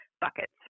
buckets